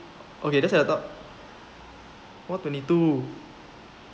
okay just at the top what twenty two